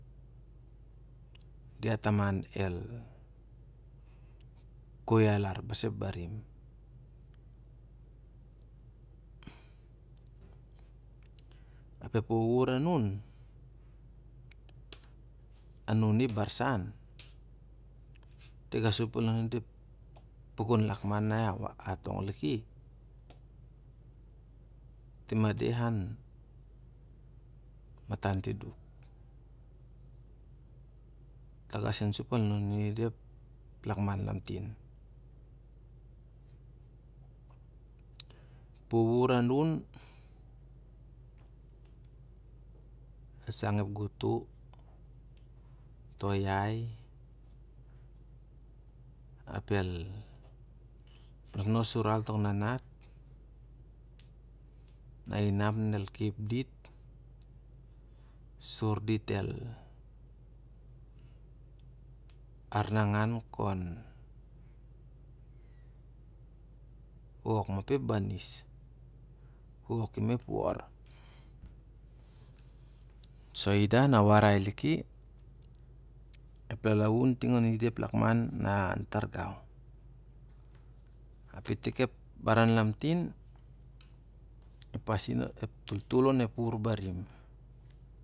Diat taman el koi alar basa ep barim ap ep wuwur anun, anuni ep barsan tingasup lon i apukun lakman na a warai liki, tim andeh an matantiduk. Tanga sen sup lon i dah ep lakman lamtin. Ep wuwur anun, el sang ep goto. to' yai ap el nosnos sur al tok nanat na i nap na elkep di sur dit el ar nangan kon wok ma pen ep banis woki ma ep wor. So ida na warai tiki ep lalaun ting oni da ep lakman na on tar gau itik ep baran lamtin, ep pasin, ep toltol on ep wuri ep barim.